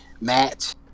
match